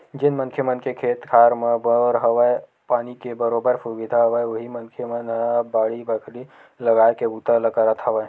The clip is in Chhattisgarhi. जेन मनखे मन के खेत खार मन म बोर हवय, पानी के बरोबर सुबिधा हवय उही मनखे मन ह अब बाड़ी बखरी लगाए के बूता ल करत हवय